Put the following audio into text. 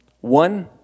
One